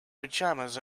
pajamas